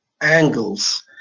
angles